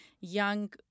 young